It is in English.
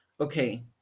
okay